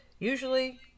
usually